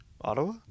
Ottawa